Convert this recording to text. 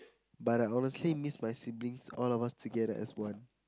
but I honestly miss my siblings all of us together as one